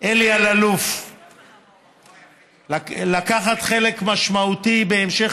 אלי אלאלוף ולקחת חלק משמעותי בהמשך